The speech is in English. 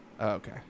okay